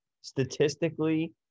statistically